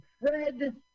Fred